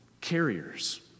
carriers